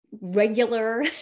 regular